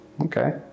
Okay